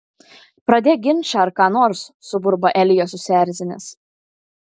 pradėk ginčą ar ką nors suburba elijas susierzinęs